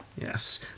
Yes